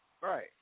Right